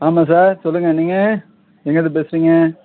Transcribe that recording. ஆமாம் சார் சொல்லுங்கள் நீங்கள் எங்கிருந்து பேசுகிறீங்க